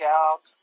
out